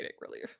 relief